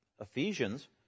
Ephesians